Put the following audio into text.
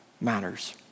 matters